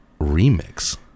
Remix